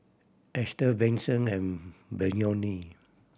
Ester Benson and Beyonce